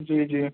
جی جی